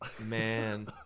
Man